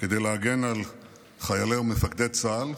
כדי להגן על חיילי ומפקדי צה"ל,